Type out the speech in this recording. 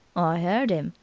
i eard im.